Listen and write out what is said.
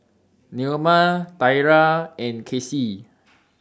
Naoma Thyra and Casie